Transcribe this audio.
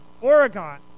Oregon